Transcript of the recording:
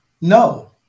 no